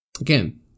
Again